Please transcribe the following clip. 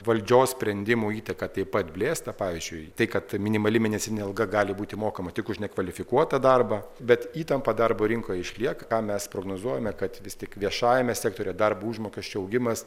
valdžios sprendimų įtaka taip pat blėsta pavyzdžiui tai kad minimali mėnesinė alga gali būti mokama tik už nekvalifikuotą darbą bet įtampa darbo rinkoje išlieka ką mes prognozuojame kad vis tik viešajame sektoriuje darbo užmokesčio augimas